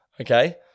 Okay